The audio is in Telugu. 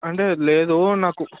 అంటే లేదు నాకు